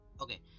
Okay